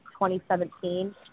2017